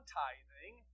tithing